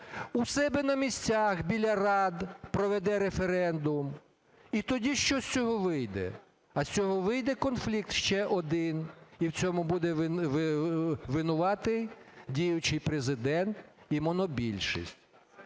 у себе на місцях, біля рад, проведе референдум. І тоді що з цього вийде? А з цього вийде конфлікт ще один, і в цьому будуть винуватий діючий Президент і монобільшість.